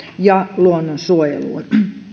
ja luonnonsuojeluun